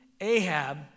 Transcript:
Ahab